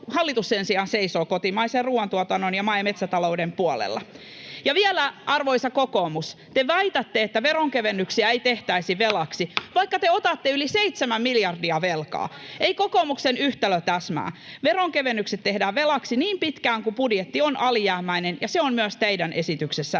Hallitus sen sijaan seisoo kotimaisen ruuantuotannon ja maa- ja metsätalouden puolella. Ja vielä, arvoisa kokoomus, te väitätte, että veronkevennyksiä ei tehtäisi velaksi, vaikka te otatte yli 7 miljardia velkaa. Ei kokoomuksen yhtälö täsmää. Veronkevennykset tehdään velaksi niin pitkään kuin budjetti on alijäämäinen, ja se on myös teidän esityksessänne